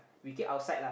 we keep outside lah